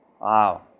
Wow